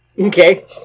Okay